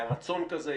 היה רצון כזה,